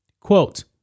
quote